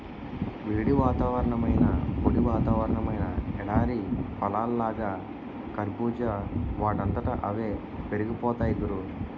వేడి వాతావరణమైనా, పొడి వాతావరణమైనా ఎడారి పళ్ళలాగా కర్బూజా వాటంతట అవే పెరిగిపోతాయ్ గురూ